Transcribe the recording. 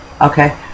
okay